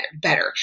better